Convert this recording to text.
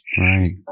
Right